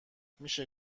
میشه